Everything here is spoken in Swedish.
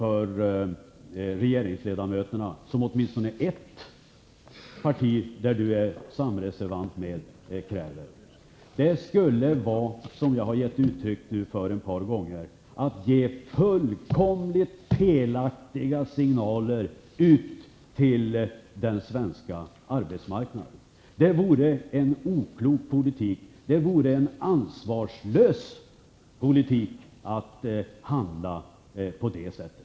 Åtminstone förespråkare för ett parti som Ylva Annerstedt är samreservant med kräver detta. Det skulle vara -- vilket jag har gett uttryck för ett par gånger -- att ge fullkomligt felaktiga signaler ut till den svenska arbetsmarknaden. Det vore en oklok politik, det vore en ansvarslös politik att handla på det sättet.